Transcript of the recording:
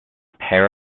pair